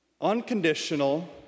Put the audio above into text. unconditional